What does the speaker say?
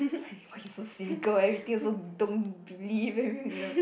!aiya! why you so cynical everything also don't believe ya